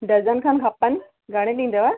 दर्जन खनि खपनि घणे ॾींदव